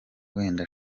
wenda